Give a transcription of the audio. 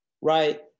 right